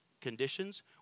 conditions